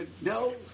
No